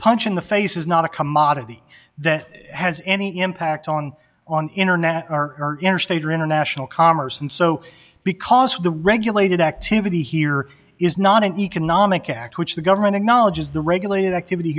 punch in the face is not a commodity that has any impact on on internet or interstate or international commerce and so because of the regulated activity here is not an economic act which the government acknowledges the regulated activity